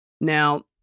Now